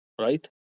right